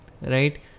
right